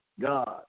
God